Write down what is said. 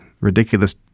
ridiculous